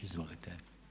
Izvolite.